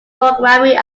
programming